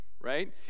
right